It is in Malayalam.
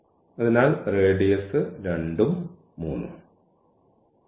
അതിനാൽ റേഡിയസ് 2 ഉം 3 ഉം